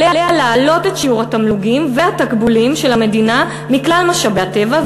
עליה להעלות את שיעור התמלוגים והתקבולים של המדינה מכלל משאבי הטבע,